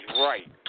right